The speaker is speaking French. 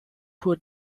pour